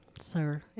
sir